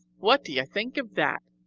what do you think of that?